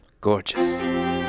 Gorgeous